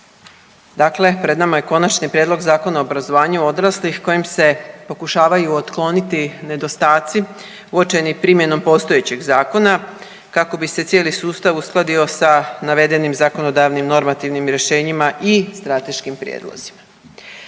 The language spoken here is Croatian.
Dakle, pred nama je Konačni prijedlog Zakona o obrazovanju odraslih kojim se pokušavaju otkloniti nedostaci uočeni primjenom postojećeg zakona kako bi se cijeli sustav uskladio sa navedenim zakonodavnim normativnim rješenjima i strateškim prijedlozima.